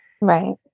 Right